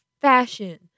fashion